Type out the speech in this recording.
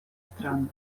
стран